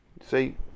See